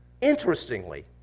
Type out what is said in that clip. Interestingly